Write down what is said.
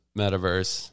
metaverse